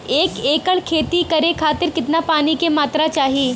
एक एकड़ खेती करे खातिर कितना पानी के मात्रा चाही?